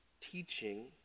Teaching